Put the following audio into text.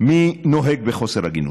מי נוהג בחוסר הגינות.